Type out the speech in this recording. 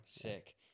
Sick